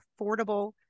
affordable